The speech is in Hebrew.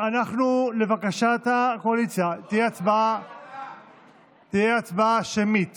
לבקשת הקואליציה תהיה הצבעה שמית